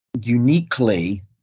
uniquely